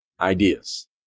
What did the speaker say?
ideas